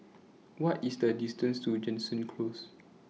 What IS The distance to Jansen Close